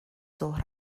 ظهر